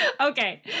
okay